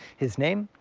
his name?